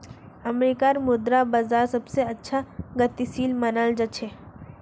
अमरीकार मुद्रा बाजार सबसे ज्यादा गतिशील मनाल जा छे